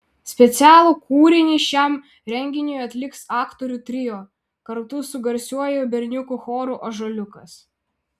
specialų kūrinį šiam renginiui atliks aktorių trio kartu su garsiuoju berniukų choru ąžuoliukas